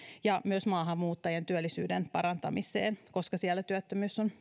ja myös maahanmuuttajien työllisyyden parantamiseen koska siellä työttömyys on